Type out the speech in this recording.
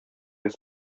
йөз